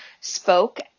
spoke